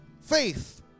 Faith